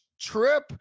trip